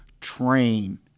train